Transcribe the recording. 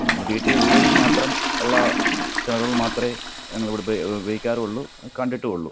പിന്നെ നമ്മൾ വീട്ടിൽ വീടുകളിൽ മാത്രം ഉള്ള കിണറുകൾ മാത്രമേ ഞങ്ങളിവിടെ ഇപ്പോൾ ഉപയോഗിക്കാറുള്ളു കണ്ടിട്ടുമുള്ളു